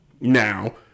now